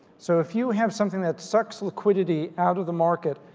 so if you have something that sucks liquidity out of the market,